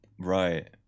Right